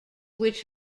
which